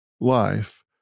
life